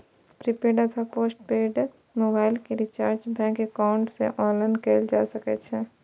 prepaid अथवा postpaid mobile के recharge bank account सं ऑनलाइन कैल जा सकै छै